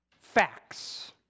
facts